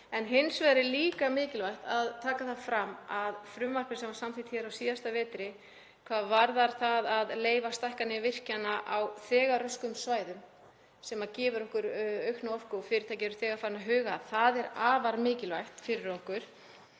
Hins vegar er líka mikilvægt að taka það fram að frumvarpið sem var samþykkt hér á síðasta vetri hvað varðar það að leyfa stækkanir virkjana á þegar röskuðum svæðum, sem gefur okkur aukna orku og fyrirtæki eru þegar farin að huga að, er afar mikilvægt fyrir okkur.